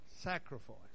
sacrifice